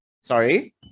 Sorry